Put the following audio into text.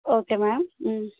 okay ma'am